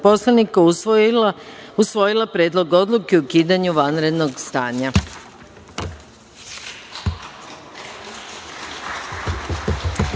usvojila Predlog odluke o ukidanju vanrednog stanja. Sada